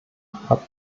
hat